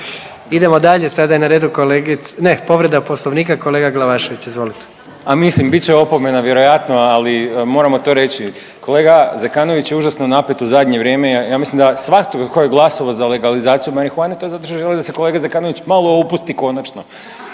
izvolite. **Glavašević, Bojan (Nezavisni)** A mislim, bit će opomena vjerojatno, ali moramo to reći. Kolega Zekanović je užasno napet u zadnje vrijeme, ja mislim da svatko tko je glasovao za legalizaciju marihuane, to je zato što želi da se kolega Zekanović malo opusti konačno